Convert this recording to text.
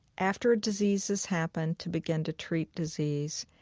after a disease has happened to begin to treat disease,